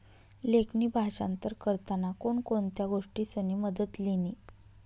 लेखणी भाषांतर करताना कोण कोणत्या गोष्टीसनी मदत लिनी